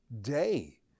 day